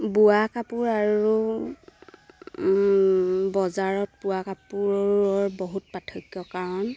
বোৱা কাপোৰ আৰু বজাৰত বোৱা কাপোৰৰ বহুত পাৰ্থক্য কাৰণ